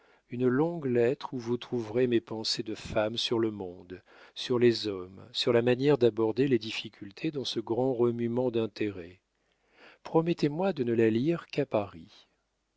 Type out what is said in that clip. une longue lettre où vous trouverez mes pensées de femme sur le monde sur les hommes sur la manière d'aborder les difficultés dans ce grand remuement d'intérêts promettez-moi de ne la lire qu'à paris